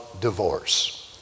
divorce